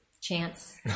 Chance